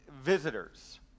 Visitors